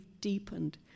deepened